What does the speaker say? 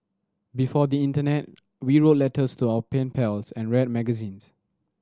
before the internet we wrote letters to our pen pals and read magazines